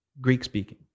Greek-speaking